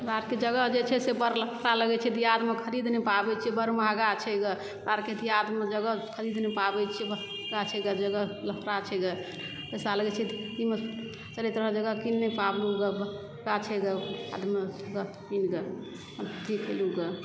हमरा आरके जगह जे छै से बड़ लफड़ा लगय छै दियादमे खरीद नहि पाबय छै बड़ महगा छै गे आर खेती आरमे जगह खरीद नहि पाबय छियै महगा छै गे जगह लफड़ा छै गे पैसा लगय छै अइमे चलैत रहय छै जगह कीन नहि पाबलु पैसा छै गे कीनके अथी कयलहुँ गे